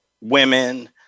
women